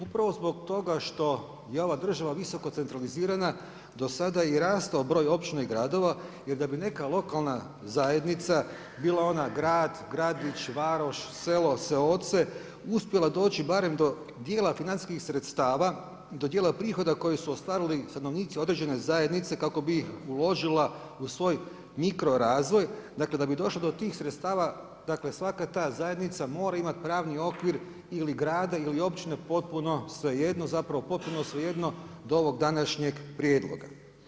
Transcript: Upravo zbog toga što je ova država visoko centralizirana, do sada je i rastao broj općina i gradova, jer da bi neka lokalna zajednica, bila ona grad, gradić, varoš, selo, seoce, uspjela doći barem do dijela financijskih sredstava, do dijela prihoda koje su ostvarili stanovnici određene zajednice kako bi uložila u svoj mikro razvoj, dakle, da bi došlo do tih sredstava, dakle, svaka ta zajednica mora imati pravni okvir ili grada ili općine, potpuno svejedno, zapravo potpuno svejedno, do ovog današnjeg prijedloga.